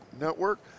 Network